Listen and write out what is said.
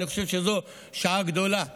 אני חושב שזו שעה גדולה לממשלה.